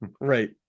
Right